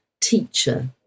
teacher